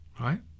right